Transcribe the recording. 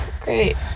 Great